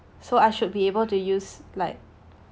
so I should be able to use like